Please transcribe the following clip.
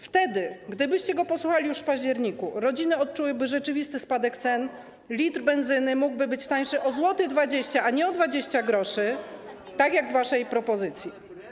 Wtedy, gdybyście go posłuchali już w październiku, rodziny odczułyby rzeczywisty spadek cen, litr benzyny mógłby być tańszy o 1,20, a nie o 20 gr, tak jak w waszej propozycji.